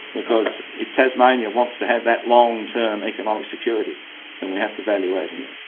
because if tasmania wants to have that long-term economic security then we have to value-add here.